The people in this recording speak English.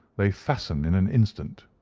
they fasten in an instant.